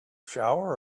shower